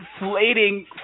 inflating